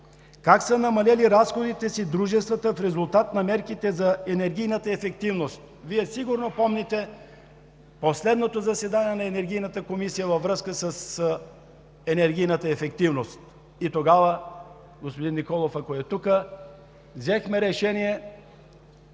как са намалили разходите си дружествата в резултат на мерките за енергийната ефективност? Вие сигурно помните последното заседание на Енергийната комисия във връзка с енергийната ефективност и тогава с господин Николов взехме решение